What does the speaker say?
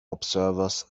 observers